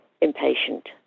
impatient